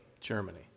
Germany